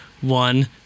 One